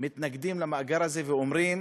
מתנגדים למאגר הזה ואומרים